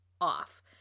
off